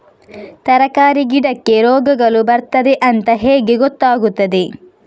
ತರಕಾರಿ ಗಿಡಕ್ಕೆ ರೋಗಗಳು ಬರ್ತದೆ ಅಂತ ಹೇಗೆ ಗೊತ್ತಾಗುತ್ತದೆ?